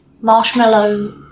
marshmallow